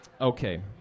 Okay